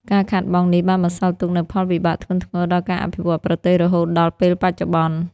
ការខាតបង់នេះបានបន្សល់ទុកនូវផលវិបាកធ្ងន់ធ្ងរដល់ការអភិវឌ្ឍប្រទេសរហូតដល់ពេលបច្ចុប្បន្ន។